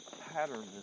pattern